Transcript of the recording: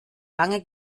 lange